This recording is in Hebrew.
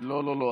לא לא לא,